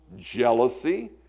jealousy